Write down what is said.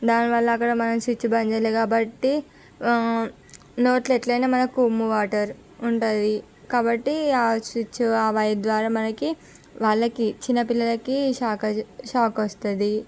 దాని వల్ల అక్కడ మనం స్విచ్ బంద్ చేయాలి కాబట్టి నోట్లో ఎట్లైనా మనకు ఉమ్ము వాటర్ ఉంటుంది కాబట్టి ఆ స్విచ్ ఆ వైరు ద్వారా మనకి వాళ్ళకి చిన్న పిల్లలకి షాక్ షాక్ వస్తుంది